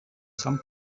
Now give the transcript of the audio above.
some